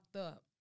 up